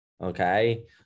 okay